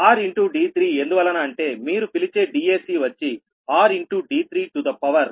r into d3 ఎందువలన అంటే మీరు పిలిచే Dac వచ్చి r into d3 to the power 1 by 2